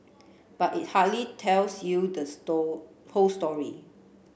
but it hardly tells you the store whole story